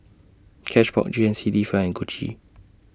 Cashbox G N C D Fine and Gucci